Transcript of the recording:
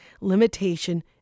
limitation